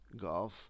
golf